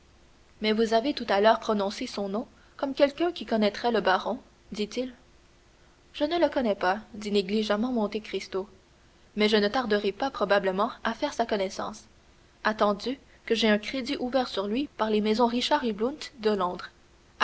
mais vous avez tout à l'heure prononcé son nom comme quelqu'un qui connaîtrait le baron dit-il je ne le connais pas dit négligemment monte cristo mais je ne tarderai pas probablement à faire sa connaissance attendu que j'ai un crédit ouvert sur lui par les maisons richard et blount de londres